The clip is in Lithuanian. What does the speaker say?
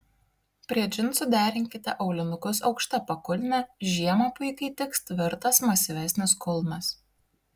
prie džinsų derinkite aulinukus aukšta pakulne žiemą puikiai tiks tvirtas masyvesnis kulnas